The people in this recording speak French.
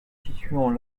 situons